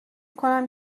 کنم